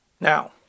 Now